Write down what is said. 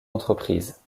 entreprise